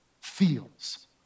feels